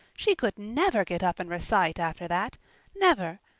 she could never get up and recite after that never.